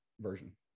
version